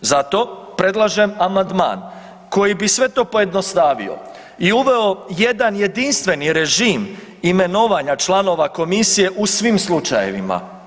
Zato predlažem amandman koji bi sve to pojednostavio i uveo jedan jedinstveni režim imenovanja članova Komisije u svim slučajevima.